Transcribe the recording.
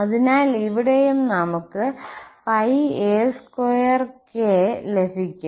അതിനാൽ ഇവിടെയും നമുക്ക് ak2 ലഭിക്കും